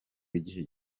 igihe